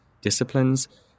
disciplines